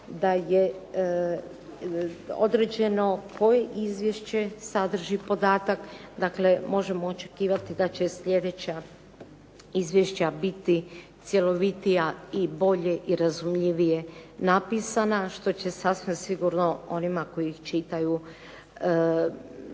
da je određeno koje izvješće sadrži podatak. Dakle, možemo očekivati da će sljedeća izvješća biti cjelovitija i bolje i razumljivije napisana što će sasvim sigurno onima koji ih čitaju